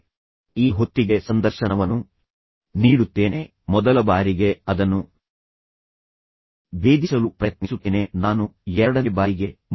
ನಾನು ಈ ಹೊತ್ತಿಗೆ ಸಂದರ್ಶನವನ್ನು ನೀಡುತ್ತೇನೆ ಮೊದಲ ಬಾರಿಗೆ ಅದನ್ನು ಭೇದಿಸಲು ಪ್ರಯತ್ನಿಸುತ್ತೇನೆ ನಾನು ಎರಡನೇ ಬಾರಿಗೆ ಮೂರನೇ ಬಾರಿಗೆ ಪ್ರಯತ್ನಿಸುವುದಿಲ್ಲ